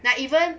like even